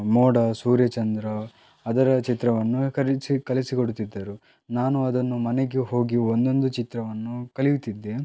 ಮೋಡ ಸೂರ್ಯ ಚಂದ್ರ ಅದರ ಚಿತ್ರವನ್ನು ಕಲಿಸಿ ಕಲಿಸಿಕೊಡುತ್ತಿದ್ದರು ನಾನು ಅದನ್ನು ಮನೆಗೆ ಹೋಗಿ ಒಂದೊಂದು ಚಿತ್ರವನ್ನು ಕಲಿಯುತ್ತಿದ್ದೆ